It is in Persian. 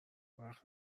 وقت